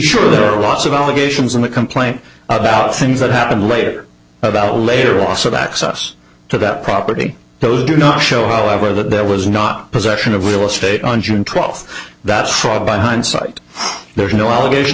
sure there are lots of allegations in the complaint about things that happened later about later also the access to that property those do not show however that there was not possession of real estate on june twelfth that's fraud by hindsight there's no allegation